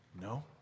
No